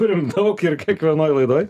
turim daug ir kiekvienoj laidoj